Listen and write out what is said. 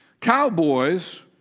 Cowboys